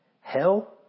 Hell